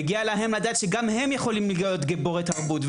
מגיע להם לדעת שגם הם יכולים להיות גיבורי תרבות,